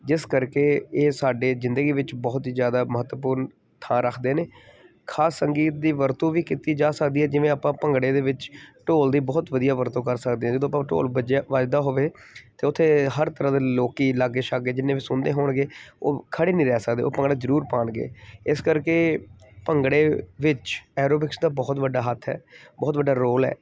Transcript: ਜਿਸ ਕਰਕੇ ਇਹ ਸਾਡੇ ਜ਼ਿੰਦਗੀ ਵਿੱਚ ਬਹੁਤ ਹੀ ਜ਼ਿਆਦਾ ਮਹੱਤਵਪੂਰਨ ਥਾਂ ਰੱਖਦੇ ਨੇ ਖ਼ਾਸ ਸੰਗੀਤ ਦੀ ਵਰਤੋਂ ਵੀ ਕੀਤੀ ਜਾ ਸਕਦੀ ਹੈ ਜਿਵੇਂ ਆਪਾਂ ਭੰਗੜੇ ਦੇ ਵਿੱਚ ਢੋਲ ਦੀ ਬਹੁਤ ਵਧੀਆ ਵਰਤੋਂ ਕਰ ਸਕਦੇ ਜਦੋਂ ਆਪਾਂ ਢੋਲ ਵੱਜਿਆ ਵੱਜਦਾ ਹੋਵੇ ਤਾਂ ਉੱਥੇ ਹਰ ਤਰ੍ਹਾਂ ਦੇ ਲੋਕ ਲਾਗੇ ਛਾਗੇ ਜਿੰਨੇ ਵੀ ਸੁਣਦੇ ਹੋਣਗੇ ਉਹ ਖੜੇ ਨਹੀਂ ਰਹਿ ਸਕਦੇ ਉਹ ਭੰਗੜਾ ਜ਼ਰੂਰ ਪਾਣਗੇ ਇਸ ਕਰਕੇ ਭੰਗੜੇ ਵਿੱਚ ਐਰੋਬਿਕਸ ਦਾ ਬਹੁਤ ਵੱਡਾ ਹੱਥ ਹੈ ਬਹੁਤ ਵੱਡਾ ਰੋਲ ਹੈ